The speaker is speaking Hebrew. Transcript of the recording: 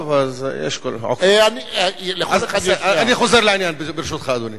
טוב, אז יש, ברשותך, אני חוזר לעניין, אדוני.